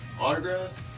autographs